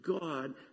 God